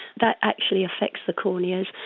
that actually affects the corneas.